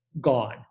gone